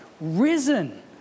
risen